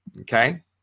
Okay